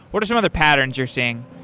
what are some other patterns you're seeing?